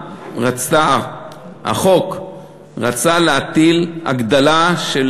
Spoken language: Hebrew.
החוק רצה להטיל הגדלה של